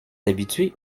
habitué